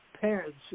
parents